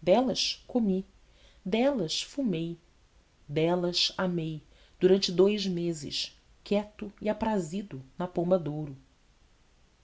delas comi delas fumei delas amei durante dous meses quieto e aprazido na pomba de ouro